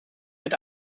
wird